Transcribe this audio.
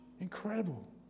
incredible